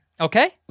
Okay